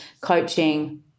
coaching